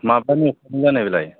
माब्लानि अखाजों जानाय बेलाय